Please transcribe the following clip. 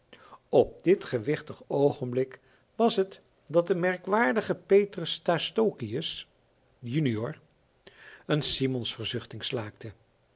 op dit gewichtig oogenblik was het dat de merkwaardige petrus stastokius junior een simsonsverzuchting slaakte